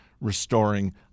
restoring